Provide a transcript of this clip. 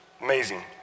Amazing